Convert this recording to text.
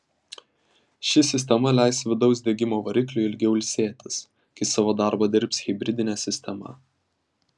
ši sistema leis vidaus degimo varikliui ilgiau ilsėtis kai savo darbą dirbs hibridinė sistema